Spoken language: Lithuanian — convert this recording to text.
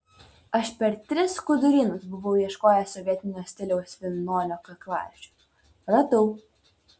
aš per tris skudurynus buvau ieškojęs sovietinio stiliaus vilnonio kaklaraiščio radau